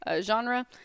genre